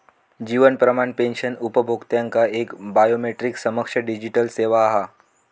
जीवन प्रमाण पेंशन उपभोक्त्यांका एक बायोमेट्रीक सक्षम डिजीटल सेवा हा